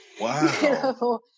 Wow